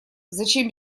зачем